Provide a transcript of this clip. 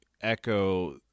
echo